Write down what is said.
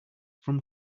from